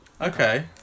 Okay